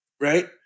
Right